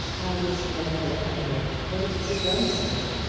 i wish she had never come here. what is to be done with her?